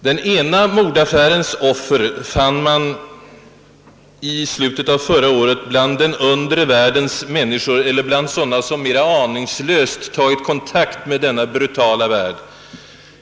Den ena mordaffärens offer fann man i slutet av förra året bland den undre världens människor eller bland sådana som mera aningslöst tagit kontakt med denna brutala värld.